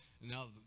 now